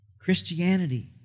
Christianity